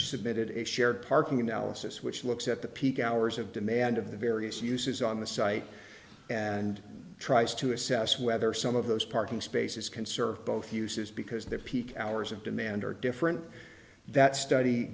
submitted a shared parking analysis which looks at the peak hours of demand of the various uses on the site and tries to assess whether some of those parking spaces conserve both uses because their peak hours of demand are different that study